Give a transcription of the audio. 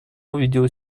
увидела